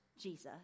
Jesus